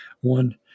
one